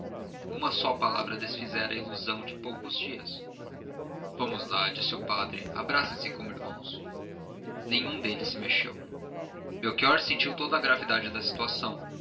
uma só palavra desfizera a ilusão de poucos dias vamos lá disse o padre abracem se como irmãos nenhum deles se mexeu melchior sentiu toda a gravidade da situação